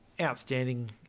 outstanding